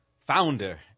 founder